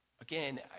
Again